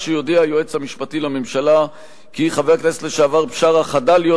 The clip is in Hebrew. שיודיע היועץ המשפטי לממשלה כי חבר הכנסת לשעבר בשארה חדל להיות